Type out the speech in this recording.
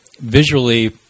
Visually